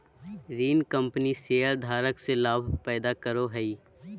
ऋण कंपनी शेयरधारक ले लाभ पैदा करो हइ